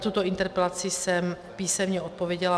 Na tuto interpelaci jsem písemně odpověděla.